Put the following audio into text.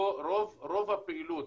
רוב הפעילות,